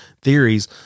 theories